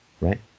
right